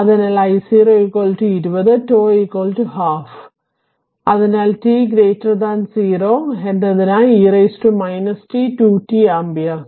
അതിനാൽ I0 20 τ പകുതി അതിനാൽ t 0 എന്നതിനായി e t 2 t ആമ്പിയർ